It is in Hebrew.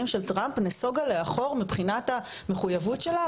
של טראמפ נסוגה לאחור מבחינת המחויבות שלה,